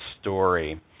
story